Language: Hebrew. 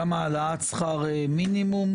גם העלאת שכר מינימום,